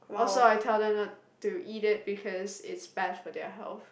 also I tell them not to eat it because it's bad for their health